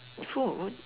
food